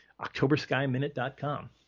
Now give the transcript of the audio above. octoberskyminute.com